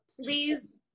please